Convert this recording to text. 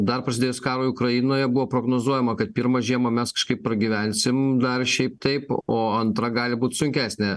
dar prasidėjus karui ukrainoje buvo prognozuojama kad pirmą žiemą mes kažkaip pragyvensim dar šiaip taip o antra gali būt sunkesnė